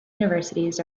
universities